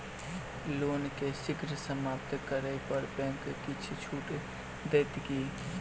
loan केँ शीघ्र समाप्त करै पर बैंक किछ छुट देत की